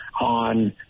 on